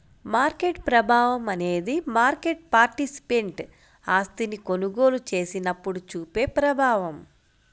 market ప్రభావం అనేది market participant ఆస్తిని కొనుగోలు చేసినప్పుడు చూపే ప్రభావం